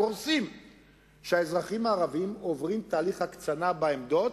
הגורסים שהאזרחים הערבים עוברים תהליך הקצנה בעמדות